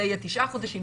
זה יהיה תשעה חודשים,